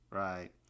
right